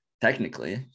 technically